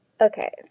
Okay